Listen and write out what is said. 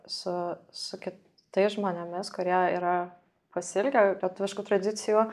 su su kitais žmonėmis kurie yra pasiilgę lietuviškų tradicijų